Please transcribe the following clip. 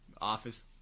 Office